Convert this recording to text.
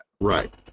Right